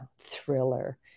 thriller